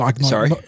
Sorry